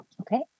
Okay